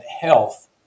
health